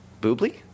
boobly